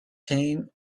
came